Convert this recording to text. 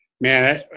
Man